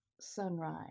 sunrise